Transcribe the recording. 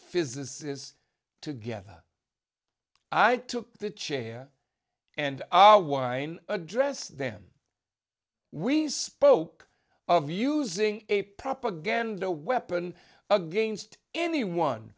physicists together i took the chair and our wine address them we spoke of using a propaganda weapon against anyone